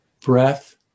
breath